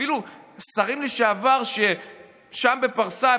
אפילו שרים לשעבר ששם בפרסה,